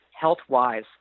health-wise